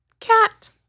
cat